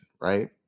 right